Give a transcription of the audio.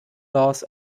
laws